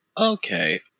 okay